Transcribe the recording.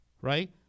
right